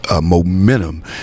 momentum